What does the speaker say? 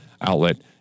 outlet